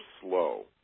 slow